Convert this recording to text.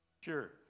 sure